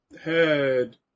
Head